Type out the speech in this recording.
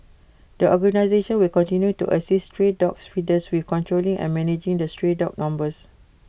the organisation will continue to assist stray dogs feeders with controlling and managing the stray dog numbers